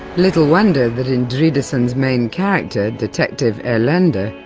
little wonder that indridason's main character, detective erlendur,